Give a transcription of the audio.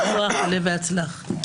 יישר כוח, עלה והצלח.